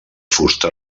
fusta